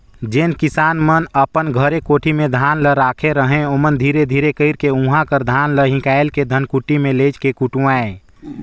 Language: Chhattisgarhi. जेन किसान मन अपन घरे कोठी में धान ल राखे रहें ओमन धीरे धीरे कइरके उहां कर धान ल हिंकाएल के धनकुट्टी में लेइज के कुटवाएं